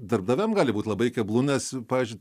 darbdaviam gali būt labai keblu nes pavyzdžiui